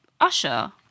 Usher